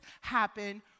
happen